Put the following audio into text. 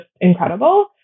incredible